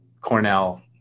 Cornell